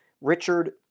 Richard